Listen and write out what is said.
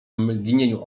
mgnieniu